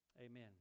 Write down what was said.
Amen